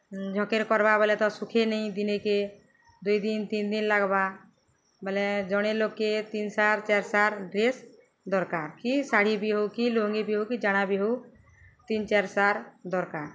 ଝକେର୍ କର୍ବା ବଏଲେ ତ ଶୁଖେ ନେଇ ଦିନେକେ ଦୁଇ ଦିନ୍ ତିନ୍ ଦିନ୍ ଲାଗ୍ବା ବଏଲେ ଜଣେ ଲୋକ୍କେ ତିନ୍ ସାର୍ ଚାର୍ ସାର୍ ଡ୍ରେସ୍ ଦର୍କାର୍ କି ଶାଢ଼ୀ ବି ହଉ କି ଲୁଙ୍ଗି ବି ହଉ କି ଜାଣା ବି ହଉ ତିନି ଚାରି ସାର୍ ଦର୍କାର୍